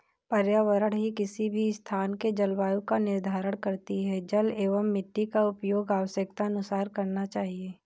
पर्यावरण ही किसी भी स्थान के जलवायु का निर्धारण करती हैं जल एंव मिट्टी का उपयोग आवश्यकतानुसार करना चाहिए